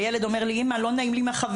הילד אומר לי, אימא, לא נעים מהחברים.